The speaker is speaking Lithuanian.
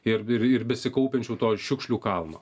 ir ir besikaupiančių šiukšlių kalno